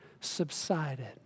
subsided